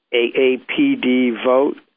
aapdvote